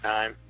Time